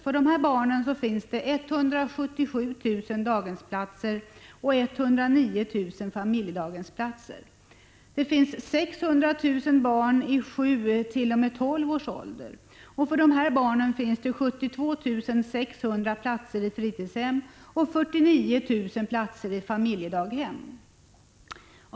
För dessa barn finns det 177 000 daghemsplatser och 109 000 familjedaghemsplatser. Det finns 600 000 barn i åldern 7-12 år. För dessa barn finns det 72 600 platser i fritidshem och 49 000 i familjedaghem.